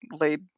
laid